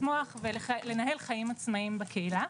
לצמוח ולנהל חיים עצמאיים בקהילה.